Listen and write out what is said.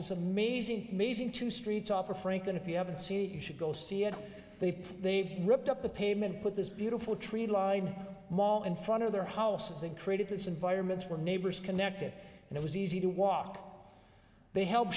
is amazing amazing two streets offer frank that if you haven't seen it you should go see it they've they've ripped up the pavement put this beautiful tree lined mall in front of their houses and created this environments where neighbors connected and it was easy to walk they help